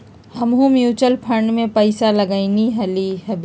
हमहुँ mutual fund में पइसा लगइली हबे